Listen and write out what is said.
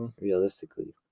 realistically